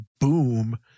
boom